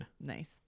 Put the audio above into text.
Nice